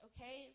Okay